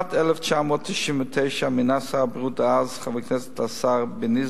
בשנת 1999 מינה שר הבריאות דאז, חבר הכנסת בניזרי,